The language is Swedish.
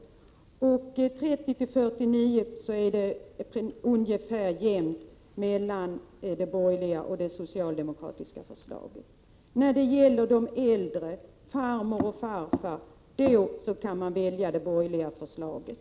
I åldrarna 30-49 år fördelar sig intresset ungefär lika mellan det borgerliga och det socialdemokratiska förslaget. De äldre, farmor och farfar, väljer det borgerliga förslaget.